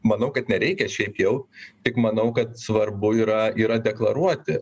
manau kad nereikia šiaip jau tik manau kad svarbu yra yra deklaruoti